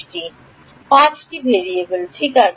5 variable ঠিক আছে